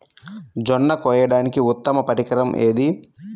జొన్న కోయడానికి ఉత్తమ పరికరం ఏది?